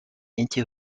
into